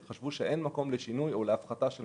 הגיעו להחלטה שאין מקום לשינויים נוספים.